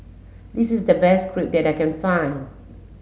this is the best Crepe that I can find